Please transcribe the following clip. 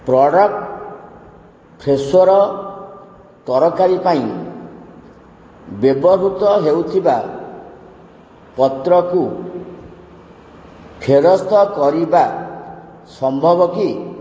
product ଫ୍ରେଶୋର ତରକାରୀ ପାଇଁ ବ୍ୟବହୃତ ହେଉଥିବା ପତ୍ରକୁ ଫେରସ୍ତ କରିବା ସମ୍ଭବ କି